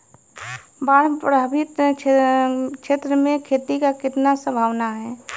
बाढ़ प्रभावित क्षेत्र में खेती क कितना सम्भावना हैं?